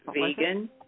Vegan